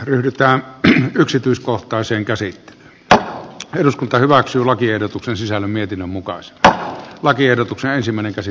ryhdytään niin yksityiskohtaisen käsi ja eduskunta hyväksyi lakiehdotuksen sisällä mietinnön mukaan se että etelä afrikan kivihiilikaivoksille